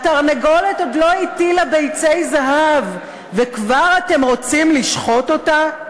התרנגולת עוד לא הטילה ביצי זהב וכבר אתם רוצים לשחוט אותה?